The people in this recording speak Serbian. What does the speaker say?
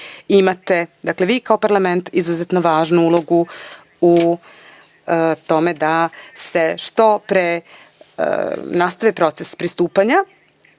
imate kao parlament izuzetno važnu ulogu u tome da se što pre nastavi proces pristupanja.